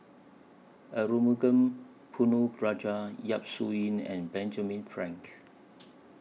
Arumugam Ponnu Rajah Yap Su Yin and Benjamin Frank